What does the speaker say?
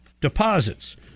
deposits